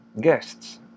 guests